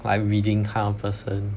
like reading kind of person